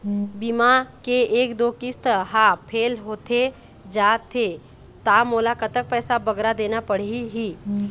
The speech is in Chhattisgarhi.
बीमा के एक दो किस्त हा फेल होथे जा थे ता मोला कतक पैसा बगरा देना पड़ही ही?